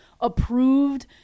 approved